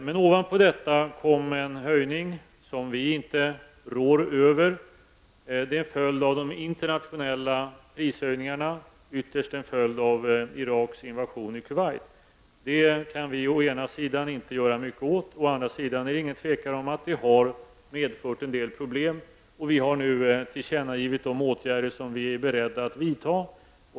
Men ovanpå detta kom en höjning som vi inte rår över, som en följd av de internationella prishöjningarna och ytterst av Iraks invasion av Kuwait. Detta kan vi å ena sidan inte göra mycket åt, å andra sidan har det utan tvivel medfört en del problem, och vi har nu tillkännagivit de åtgärder som vi är beredda att vidta.